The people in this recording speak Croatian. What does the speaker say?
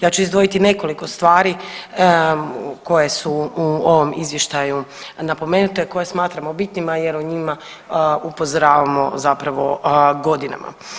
Ja ću izdvojiti nekoliko stvari koje su u ovom izvještaju napomenute, a koje smatramo bitnima jer o njima upozoravamo zapravo godinama.